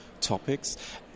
topics